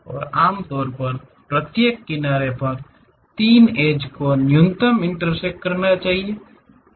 और आमतौर पर प्रत्येक किनारे पर 3 एड्ज को न्यूनतम इंटरसेक्ट करना चाहिए